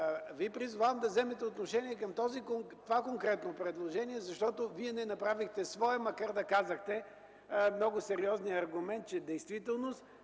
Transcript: Ви да вземете отношение по това конкретно предложение, защото Вие не направихте свое, макар да казахте много сериозния аргумент, че в действителност